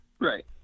Right